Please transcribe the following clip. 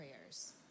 prayers